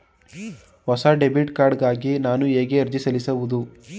ಹೊಸ debit card ಗಾಗಿ ನಾನು ಹೇಗೆ ಅರ್ಜಿ ಸಲ್ಲಿಸುವುದು?